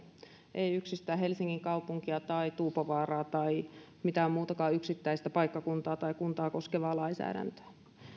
ei yksistään helsingin kaupunkia tai tuupovaaraa tai mitään muutakaan yksittäistä paikkakuntaa tai kuntaa koskevaa lainsäädäntöä